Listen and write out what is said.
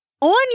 On